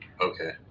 Okay